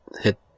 hit